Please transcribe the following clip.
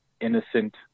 innocent